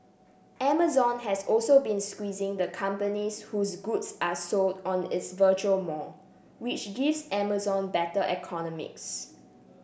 amazon has also been squeezing the companies whose goods are sold on its virtual mall which gives Amazon better economics